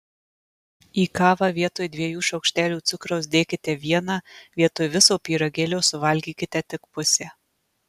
į kavą vietoj dviejų šaukštelių cukraus dėkite vieną vietoj viso pyragėlio suvalgykite tik pusę